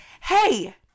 hey